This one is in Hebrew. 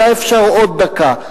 אולי אפשר עוד דקה?